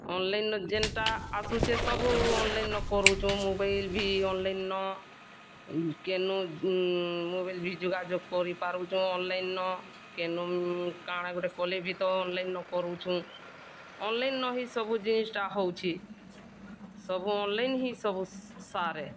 online ଜେଣ୍ଟା ଆସୁଚେ ସବୁ ଅନ୍ଲାଇନ୍ ନ କରୁଚୁ ଭି ଅନ୍ଲାଇନ୍ ନ କେନୁ ମୋବାଇଲ୍ ଭି ଯୋଗାଯୋଗ କରିପାରୁଚୁଁ ତ ଅନ୍ଲାଇନ୍ ନ କେନୁ କାଣା ଗୋଟେ କଲେ ଭି ତ ଅନ୍ଲାନ୍ ନ କରୁଚୁ ଅନ୍ଲାଇନ୍ ନ ସବୁ ଜିନିଷ୍ଟା ହଉଛେ ସବୁ ଅନ୍ଲାଇନ୍ ହି ସବୁ ସାରେ